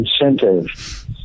incentive